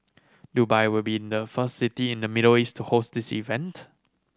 Dubai will be in the first city in the Middle East to host this event